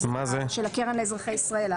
של הקרן לאזרחי ישראל,